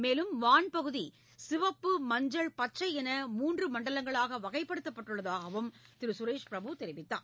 மேலும் வான்பகுதி சிவப்பு மஞ்சள் பச்சை என மண்டலங்களாக மூன்று வகைப்படுத்தப்பட்டுள்ளதாகவும் திரு சுரேஷ் பிரபு தெரிவித்தார்